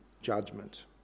judgment